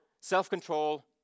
self-control